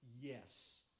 Yes